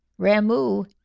Ramu